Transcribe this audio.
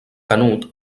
canut